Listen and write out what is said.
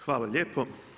Hvala lijepo.